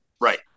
right